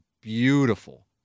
beautiful